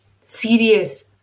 serious